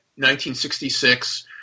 1966